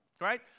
right